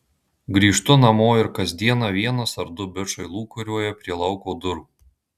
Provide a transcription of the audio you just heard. grįžtu namo ir kas dieną vienas ar du bičai lūkuriuoja prie lauko durų